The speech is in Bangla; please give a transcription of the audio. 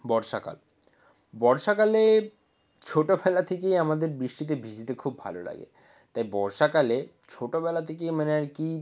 বর্ষাকাল বর্ষাকালে ছোটোবেলা থেকেই আমাদের বৃষ্টিতে ভিজতে খুব ভালো লাগে তাই বর্ষাকালে ছোটোবেলা থেকেই মানে আর কি